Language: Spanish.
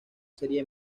sería